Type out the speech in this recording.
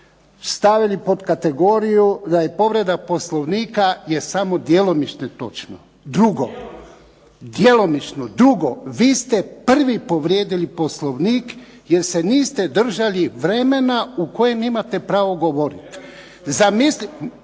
stavili pod kategoriju da je povreda Poslovnika je samo djelomično točno. Drugo, vi ste prvi povrijedili Poslovnik jer se niste držali vremena u kojem imate pravo govoriti. …